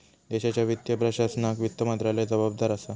देशाच्यो वित्तीय प्रशासनाक वित्त मंत्रालय जबाबदार असा